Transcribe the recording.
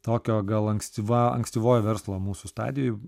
tokio gal ankstyva ankstyvojoj verslo mūsų stadijoj